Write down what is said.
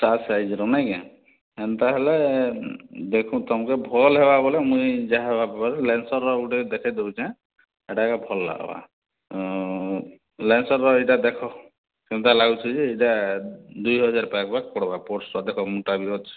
ତା ସାଇଜର୍ ନାଇଁ କେଁ ଏନ୍ତା ହେଲେ ଦେଖୁଁ ତମ୍କେ ଭଲ୍ ହେବା ବୋଲେ ମୁଇଁ ଯାହା ଭାବିପାରୁ ଲେନ୍ସର୍ର ଗୁଟେ ଦେଖେଇ ଦେଉଛିଁ ସେଟା ଏକା ଭଲ୍ ଲାଗ୍ବା ଲେନ୍ସରର୍ ଏଇଟା ଦେଖ ସୁନ୍ଦର୍ ଲାଗୁଛି ଯେ ଏଇଟା ଦୁଇହଜାର୍ ପଡ଼ବା ସ୍ପୋର୍ଟ୍ସର ଦେଖ ଟା ବି ଅଛି